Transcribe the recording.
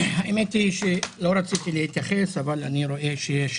האמת היא שלא רציתי להתייחס אבל אני רואה שיש